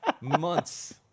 Months